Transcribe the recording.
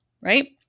right